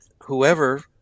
whoever